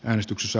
äänestyksessä